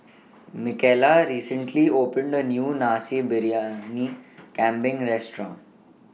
Micaela recently opened A New Nasi Briyani Kambing Restaurant